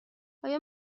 آیا